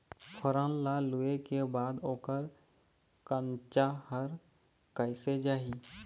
फोरन ला लुए के बाद ओकर कंनचा हर कैसे जाही?